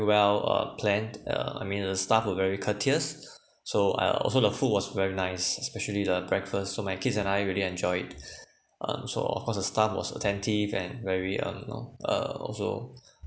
well uh planned uh I mean the staff were very courteous so uh also the food was very nice especially the breakfast so my kids and I really enjoyed it um so of course the staff was attentive and very um you know uh also